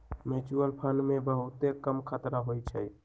mutual fund मे बहुते कम खतरा होइ छइ